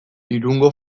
irungo